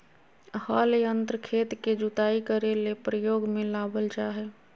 हल यंत्र खेत के जुताई करे ले प्रयोग में लाबल जा हइ